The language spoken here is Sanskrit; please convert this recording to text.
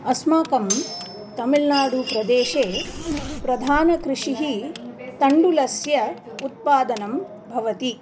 अस्माकं तमिळ्नाडुप्रदेशे प्रधानकृषिः तण्डुलस्य उत्पादनं भवति